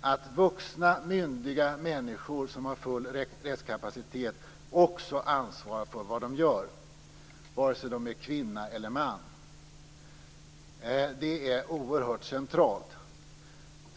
att vuxna myndiga människor som har full rättskapacitet också ansvarar för vad de gör - vare sig de är kvinnor eller män. Det är oerhört centralt.